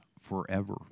forever